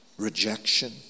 rejection